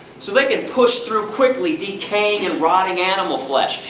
so they can push through quickly, decaying and rotting animal flesh.